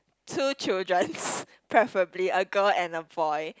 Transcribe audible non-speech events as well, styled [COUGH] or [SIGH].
two children [NOISE] preferably a girl and a boy